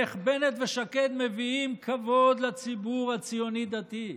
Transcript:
איך בנט ושקד מביאים כבוד לציבור הציוני-דתי,